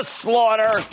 slaughter